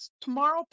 tomorrow